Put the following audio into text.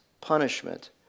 punishment